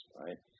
right